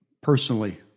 personally